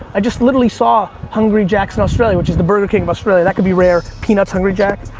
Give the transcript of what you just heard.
i just literally saw hungry jacks in australia, which is the burger king of australia, that could be rare. peanuts hungry jack,